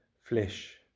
flesh